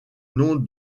nom